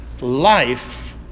Life